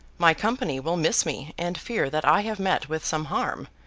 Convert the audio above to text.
my company will miss me, and fear that i have met with some harm.